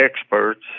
experts